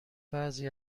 بعضی